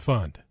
Fund